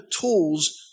tools